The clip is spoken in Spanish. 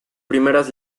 primeras